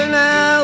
now